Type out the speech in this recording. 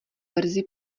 verzi